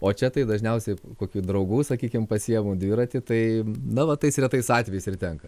o čia tai dažniausiai kokių draugų sakykim pasiemu dviratį tai na va tais retais atvejais ir tenka